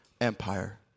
Empire